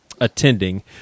attending